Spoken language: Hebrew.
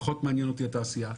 פחות מעניינת אותי התעשייה,